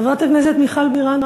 חברת הכנסת מיכל בירן,